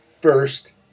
first